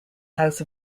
house